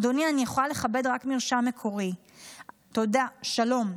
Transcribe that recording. אדוני, אני יכולה לכבד רק מרשם מקורי, תודה, שלום.